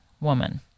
woman